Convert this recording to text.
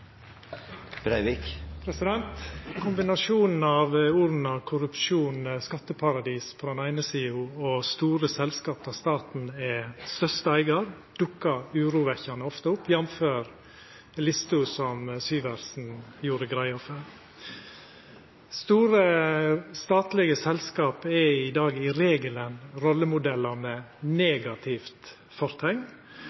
Breivik – til oppfølgingsspørsmål. Kombinasjonen av orda «korrupsjon» og «skatteparadis» på den eine sida og «store selskap der staten er største eigar» på den andre dukkar urovekkjande ofte opp, jf. lista som Syversen gjorde greie for. Store statlege selskap er i dag i regelen rollemodellar med